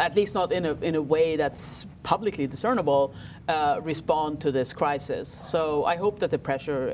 at least not in a in a way that's publicly discernible respond to this crisis so i hope that the pressure